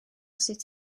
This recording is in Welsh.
sut